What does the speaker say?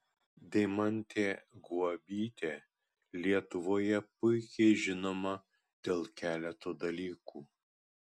deimantė guobytė lietuvoje puikiai žinoma dėl keleto dalykų